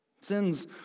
Sins